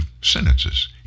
sentences